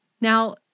Now